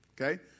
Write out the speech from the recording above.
Okay